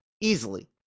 easily